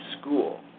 school